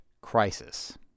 crisis